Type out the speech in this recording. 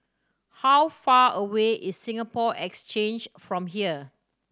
how far away is Singapore Exchange from here